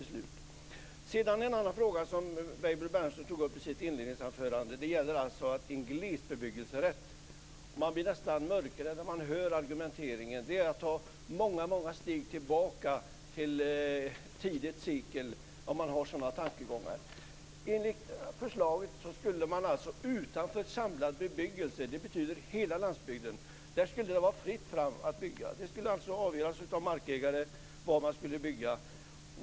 En annan fråga som Peter Weibull Bernström tog upp i sitt inledningsanförande gällde en glesbebyggelserätt. Man blir nästan mörkrädd när man hör argumenteringen. Sådana tankegångar är att ta många, många steg tillbaka till tidigt sekel. Enligt förslaget skulle det vara fritt fram att bygga utanför en samlad bebyggelse, vilket betyder hela landsbygden. Det skulle alltså avgöras av markägare var man skulle få bygga.